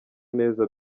neza